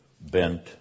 bent